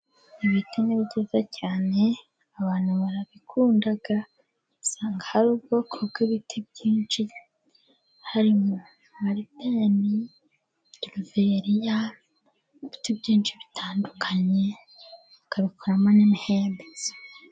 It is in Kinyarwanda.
Ibiti ni byiza cyane abantu barabikunda. Usanga hari ubwoko bw'ibiti byinshi harimo marideni, gereveriya, n'ibiti byinshi bitandukanye, bakabikoramo n'imihembezo.